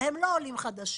והם לא עולים חדשים?